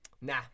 Nah